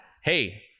hey